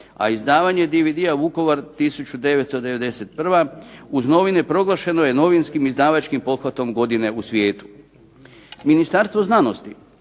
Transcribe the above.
a izdavanje DVD-a "Vukovar 1991." uz novine proglašeno je novinskim izdavačkim pothvatom godine u svijetu. Ministarstvo znanosti,